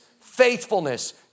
faithfulness